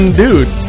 dude